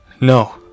No